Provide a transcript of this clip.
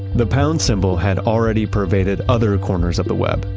the pound symbol had already pervaded other corners of the web.